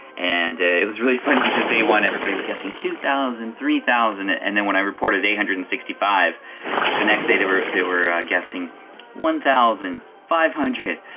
and it was really funny because day one everybody was guessing two thousand, three thousand, and then when i reported eight hundred and sixty five the next day they were they were guessing one thousand, five hundred.